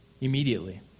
immediately